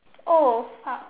oh fuck